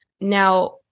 Now